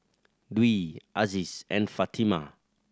Dwi Aziz and Fatimah